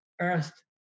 earth